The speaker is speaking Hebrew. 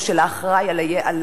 או של האחראי על הקטין,